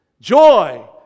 Joy